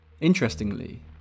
interestingly